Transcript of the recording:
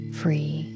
free